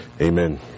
Amen